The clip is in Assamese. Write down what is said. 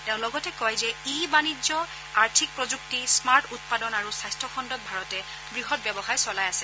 তেওঁ লগতে কয় যে ই বাণিজ্য আৰ্থিক প্ৰযুক্তি স্মাৰ্ট উৎপাদন আৰু স্বাস্থখণ্ডত ভাৰতে বৃহৎ ব্যৱসায় চলাই আছে